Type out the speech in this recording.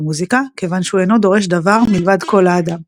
מוזיקה כיוון שהוא אינו דורש דבר מלבד קול האדם.